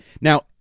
Now